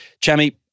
Chami